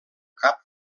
cap